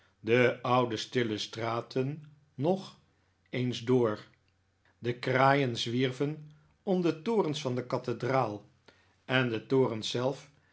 de oude stille straten nog eens door de kraaien zwierven om de torens van de kathedraal en de torens zelf